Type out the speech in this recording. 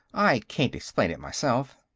i can't explain it, myself.